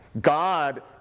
God